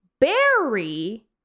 Barry